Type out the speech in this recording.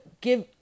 give